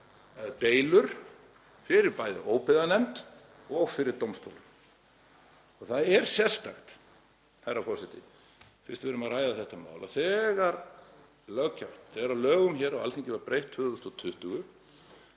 deilur fyrir bæði óbyggðanefnd og fyrir dómstólum. Það er sérstakt, herra forseti, fyrst við erum að ræða þetta mál, að þegar lögum á Alþingi var breytt 2020